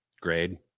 grade